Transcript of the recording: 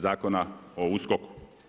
Zakona o USKOK-u.